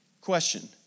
Question